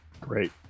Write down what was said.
Great